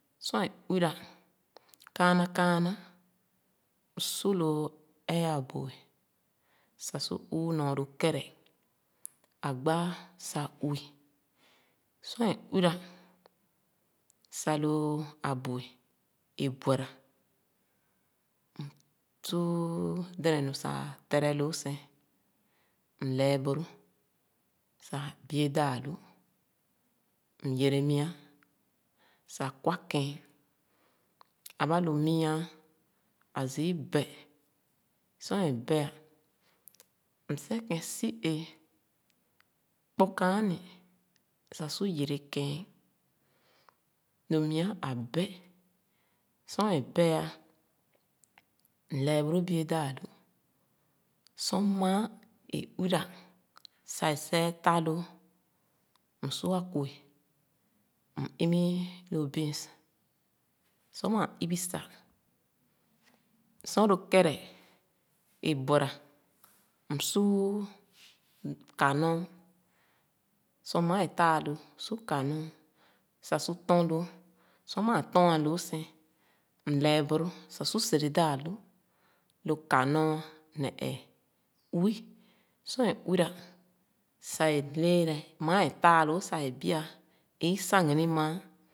Sor é uwira kāānà kāānà, m’su lōō ee abu’e wu nɔɔ lo kɛrɛ āā sah uwi. Sor é uwira, sah lōō abúe é buera, m’su dɛnɛ nu sah lēre loo sēn, m’lɛɛ boro sah bie daa-lu. M’yere mia, sah kwa kɛ̄ɛ̄n; aba lōō mia ā, a zii bɛ, sor é bɛ, m’sikēn si éé, kpor kááni sah su yere kēn. Lo mia ā bɛ. Sor é bɛ ā, m’lɛɛ boro bie daa-lu. Sor maa é uwira, sah é sɛ̄ɛ̄ lā lōō, M’su akwe. m’ibi lo beans, sor maa ibi sah, sor lo kɛ̄rɛ̄ é buéra, m’su ka nɔɔn. sor māān é taa lōō, su ka nɔɔn sah su tɔ̄n lōō, sir māān é taa lōō, su ka nɔɔn sah su tɔn. Sor maa tɔn ā loo sēn, m’lɛɛ boro sahsu sere daa-lu. Lo ka nɔɔn neh yɛɛ, uwi, sor é uwira, sah é lééra, maa é taa loo sah é bia Isagini maa